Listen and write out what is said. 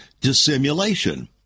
dissimulation